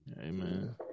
Amen